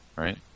Right